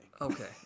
Okay